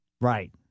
Right